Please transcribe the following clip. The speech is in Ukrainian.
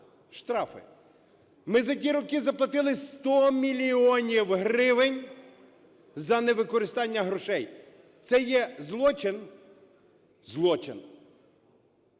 Ми за ті роки заплатили 100 мільйонів гривень за невикористання грошей. Це є злочин? Злочин.